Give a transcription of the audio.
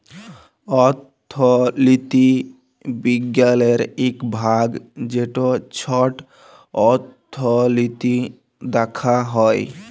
অথ্থলিতি বিজ্ঞালের ইক ভাগ যেট ছট অথ্থলিতি দ্যাখা হ্যয়